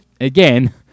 again